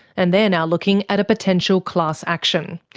and they're now looking at a potential class action.